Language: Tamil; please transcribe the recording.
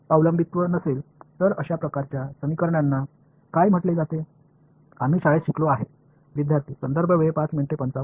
எனவே நேர சார்பு இல்லை என்றால் நாம் பள்ளியில் படித்த அந்த வகையான சமன்பாடுகளை என்ன என்று அழைப்பது